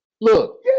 Look